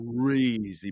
crazy